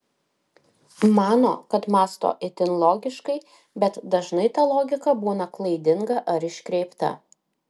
mano kad mąsto itin logiškai bet dažnai ta logika būna klaidinga ar iškreipta